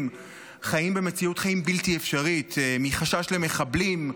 חיים במציאות חיים בלתי אפשרית מחשש למחבלים,